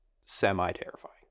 semi-terrifying